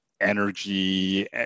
energy